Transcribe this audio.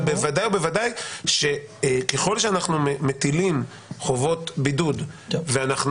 אבל בוודאי ובוודאי שככל שאנחנו מטילים חובות בידוד ואנחנו